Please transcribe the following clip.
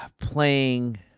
playing